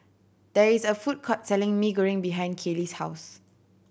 there is a food court selling Mee Goreng behind Caylee's house